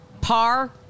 par